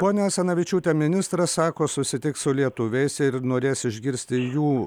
ponia asanavičiūte ministras sako susitiks su lietuviais ir norės išgirsti jų